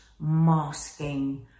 masking